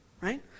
right